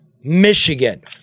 Michigan